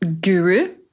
guru